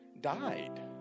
died